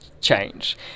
change